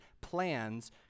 plans